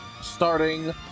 Starting